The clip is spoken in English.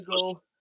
go